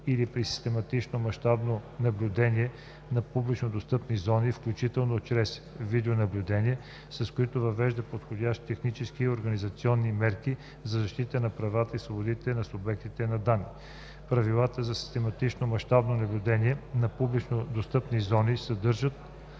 или при систематично мащабно наблюдение на публично достъпни зони, включително чрез видеонаблюдение, с които въвежда подходящи технически и организационни мерки за защита на правата и свободите на субектите на данни. Правилата за систематично мащабно наблюдение на публично достъпни зони съдържат